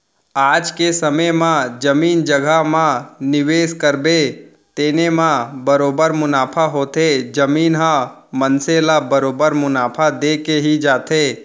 आज के समे म जमीन जघा म निवेस करबे तेने म बरोबर मुनाफा होथे, जमीन ह मनसे ल बरोबर मुनाफा देके ही जाथे